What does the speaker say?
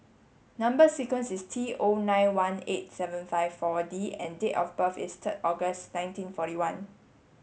number sequence is T O nine one eight seven five four D and date of birth is third August nineteen forty one